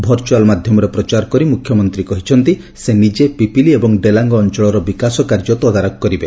virtual ମାଧ୍ଧମରେ ପ୍ରଚାର କରି ମୁଖ୍ୟମନ୍ତୀ କହିଛନ୍ତି ସେ ନିଜେ ପିପିଲି ଏବଂ ଡେଲାଂଗ ଅଂଚଳର ବିକାଶ କାର୍ଯ୍ୟ ତଦାରଖ କରିବେ